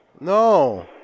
No